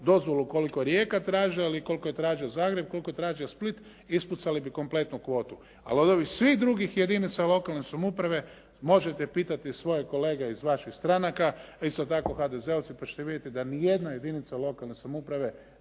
dozvolu koliko Rijeka traži, ali koliko je tražio Zagreb, koliko je tražio Split ispucali bi kompletnu kvotu. Ali od ovih svih drugih jedinica lokalne samouprave možete pitati svoje kolege iz vaših stranaka, isto tako HDZ-ovce pa ćete vidjeti da nijedna jedinica lokalne samouprave